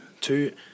two